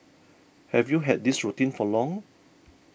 have you had this routine for long